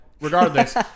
Regardless